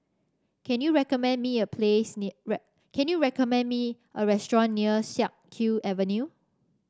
can you recommend me a place can you recommend me a restaurant near Siak Kew Avenue